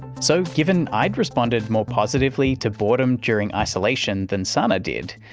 so, given i'd responded more positively to boredom during isolation than sana did,